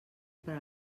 per